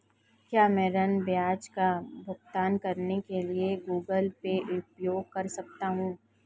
क्या मैं ऋण ब्याज का भुगतान करने के लिए गूगल पे उपयोग कर सकता हूं?